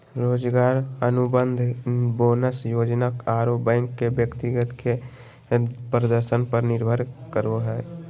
रोजगार अनुबंध, बोनस योजना आरो बैंक के व्यक्ति के प्रदर्शन पर निर्भर करो हइ